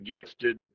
gifted